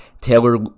Taylor